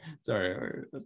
Sorry